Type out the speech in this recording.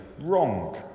wrong